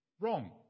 wrong